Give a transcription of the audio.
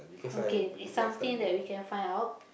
okay it's something that we can find out